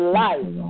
life